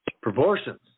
proportions